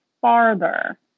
farther